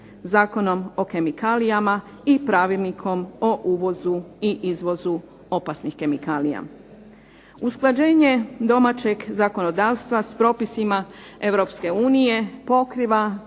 Zakonom o kemikalijama i pravilnikom o uvozu i izvozu opasnih kemikalija. Usklađenje domaćeg zakonodavstva s propisima Europske